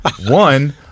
One